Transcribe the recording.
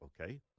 okay